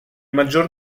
maggior